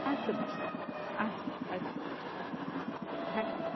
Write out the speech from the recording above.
अस्तु भगिनि अस्तु अस्तु धन्यवादः